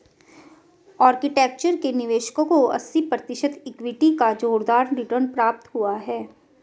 architecture के निवेशकों को अस्सी प्रतिशत इक्विटी का जोरदार रिटर्न प्राप्त हुआ है